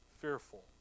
fearful